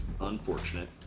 unfortunate